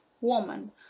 woman